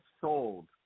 sold